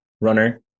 runner